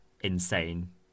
insane